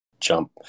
jump